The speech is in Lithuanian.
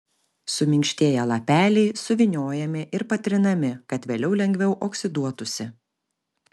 suminkštėję lapeliai suvyniojami ir patrinami kad vėliau lengviau oksiduotųsi